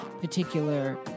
particular